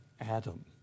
Adam